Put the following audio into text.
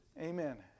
Amen